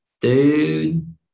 dude